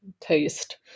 taste